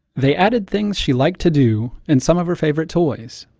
they added things she liked to do, and some of her favorite toys.